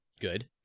Good